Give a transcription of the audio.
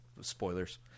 Spoilers